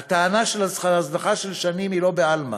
הטענה בדבר הזנחה של שנים היא לא בעלמא,